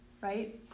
right